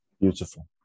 beautiful